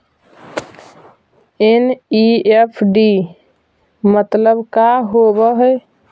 NEFT मतलब का होब हई?